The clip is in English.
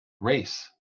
race